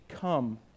come